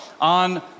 on